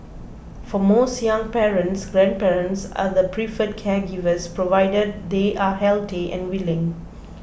for most young parents grandparents are the preferred caregivers provided they are healthy and willing